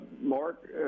Mark